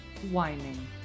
whining